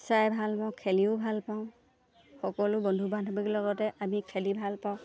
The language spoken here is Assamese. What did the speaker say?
চাই ভাল পাওঁ খেলিও ভাল পাওঁ সকলো বন্ধু বান্ধৱীৰ লগতে আমি খেলি ভাল পাওঁ